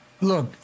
Look